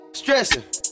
stressin